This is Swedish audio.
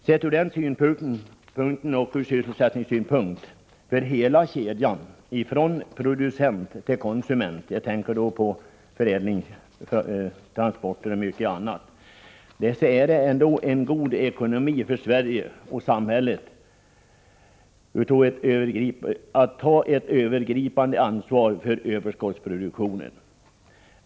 Sett ur den synpunkten och ur sysselsättningssynpunkt — jag tänker på hela kedjan från produkt till konsument via förädling, transporter, osv. — är det ändå en god ekonomi för Sverige och hela samhället att ta ett övergripande ansvar för överskottsproduktionen.